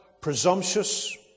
presumptuous